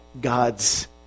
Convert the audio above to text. God's